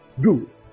good